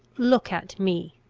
look at me.